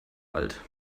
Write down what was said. alt